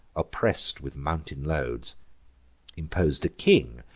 oppress'd with mountain loads impos'd a king,